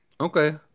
okay